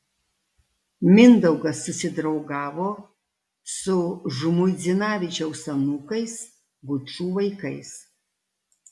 mindaugas susidraugavo su žmuidzinavičiaus anūkais gučų vaikais